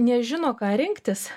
nežino ką rinktis